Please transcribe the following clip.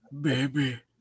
baby